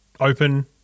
Open